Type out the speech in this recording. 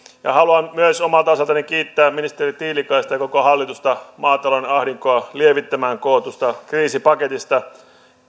haluan myös omalta osaltani kiittää ministeri tiilikaista ja koko hallitusta maatalouden ahdinkoa lievittämään kootusta kriisipaketista